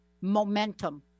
momentum